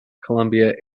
columbia